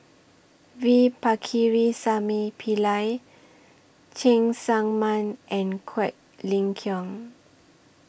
V Pakirisamy Pillai Cheng Tsang Man and Quek Ling Kiong